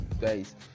guys